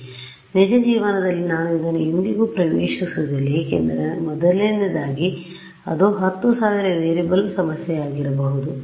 ಆದ್ದರಿಂದ ನಿಜ ಜೀವನದಲ್ಲಿ ನಾನು ಇದನ್ನು ಎಂದಿಗೂ ಪ್ರವೇಶಿಸುವುದಿಲ್ಲ ಏಕೆಂದರೆ ಮೊದಲನೆಯದಾಗಿ ಅದು 10000 ವೇರಿಯಬಲ್ ಸಮಸ್ಯೆಯಾಗಿರಬಹುದು